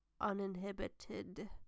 uninhibited